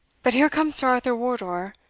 but here comes sir arthur wardour,